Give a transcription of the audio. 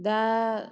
दा